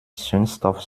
zündstoff